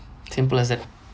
simple as that